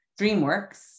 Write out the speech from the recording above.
DreamWorks